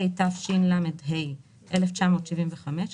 התשל"ה 1975‏,